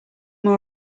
more